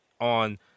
on